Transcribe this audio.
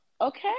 Okay